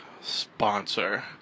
sponsor